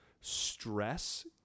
stress